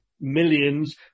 millions